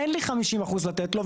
אין לי חמישים אחוז לתת לו.